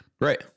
Right